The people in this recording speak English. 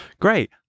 Great